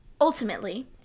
ultimately